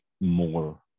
more